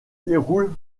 déroulent